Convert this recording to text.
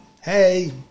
hey